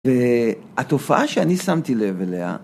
והתופעה שאני שמתי לב אליה